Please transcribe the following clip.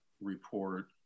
report